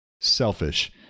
selfish